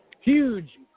Huge